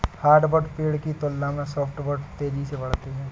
hardwood पेड़ की तुलना में सॉफ्टवुड तेजी से बढ़ते हैं